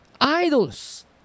Idols